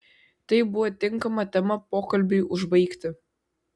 tai buvo tinkama tema pokalbiui užbaigti